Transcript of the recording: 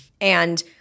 and-